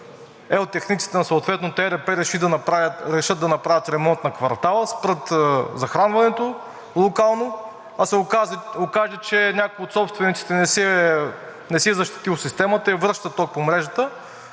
техниците на съответното ЕРП решат да направят ремонт на квартала, спрат захранването локално, а се окаже, че някой от собствениците не си е защитил системата и връща ток по мрежата,